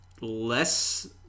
less